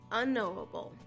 unknowable